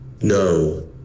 No